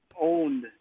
owned